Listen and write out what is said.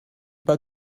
pas